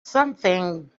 something